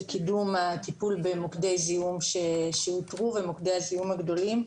קידום הטיפול במוקדי זיהום שאותרו ומוקדי הזיהום הגדולים.